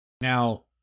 Now